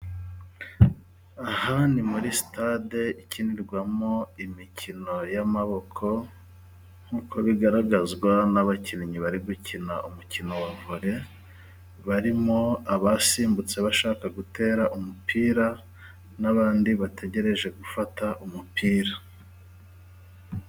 Aha ni muri sitade ikinirwamo imikino y'amaboko nkuko bigaragazwa n'abakinnyi bari gukina umukino wa vore barimo abasimbutse bashaka gutera umupira n'abandi bategereje gufata umupira.